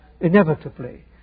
inevitably